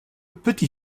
petit